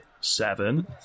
Seven